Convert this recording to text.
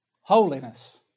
Holiness